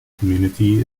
community